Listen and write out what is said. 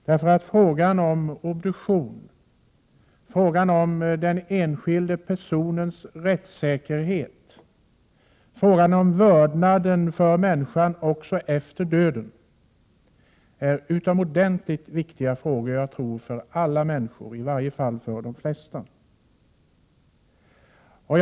Frågor som gäller obduktion, den enskilda personens rättssäkerhet och vördnaden för människan också efter döden är utomordentligt viktiga för alla eller i varje fall för de flesta människor.